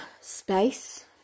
space